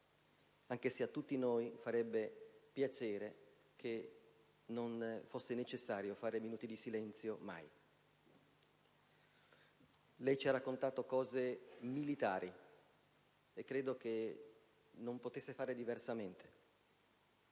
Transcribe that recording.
anche se a tutti noi farebbe piacere che non fosse mai necessario fare minuti di silenzio. Lei ci ha raccontato cose militari e credo che non potesse fare diversamente,